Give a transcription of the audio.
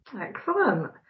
Excellent